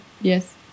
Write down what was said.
Yes